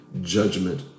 judgment